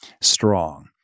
strong